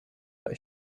but